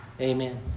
Amen